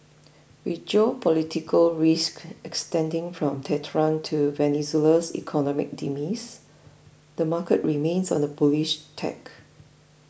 with geopolitical risk extending from Tehran to Venezuela's economic demise the market remains on a bullish tack